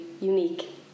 unique